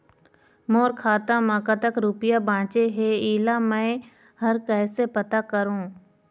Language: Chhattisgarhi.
मोर खाता म कतक रुपया बांचे हे, इला मैं हर कैसे पता करों?